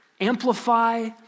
amplify